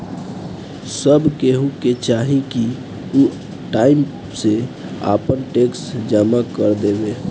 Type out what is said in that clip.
सब केहू के चाही की उ टाइम से आपन टेक्स जमा कर देवे